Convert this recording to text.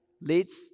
leads